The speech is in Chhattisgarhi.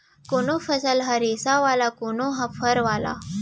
कोनो फसल ह रेसा वाला, कोनो ह फर वाला